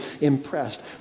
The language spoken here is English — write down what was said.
impressed